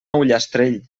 ullastrell